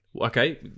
Okay